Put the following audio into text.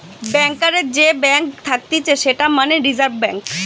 ব্যাংকারের যে ব্যাঙ্ক থাকতিছে সেটা মানে রিজার্ভ ব্যাঙ্ক